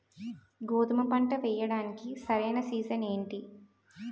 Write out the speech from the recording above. గోధుమపంట వేయడానికి సరైన సీజన్ ఏంటి?